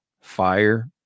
fire